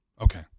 Okay